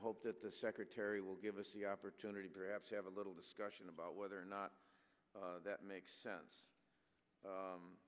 hope that the secretary will give us the opportunity perhaps to have a little discussion about whether or not that makes sense